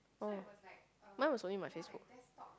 oh mine was only my Facebook